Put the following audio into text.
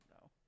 no